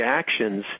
actions